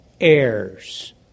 heirs